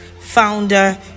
founder